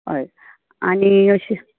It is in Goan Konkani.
होय आनी अशें